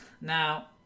Now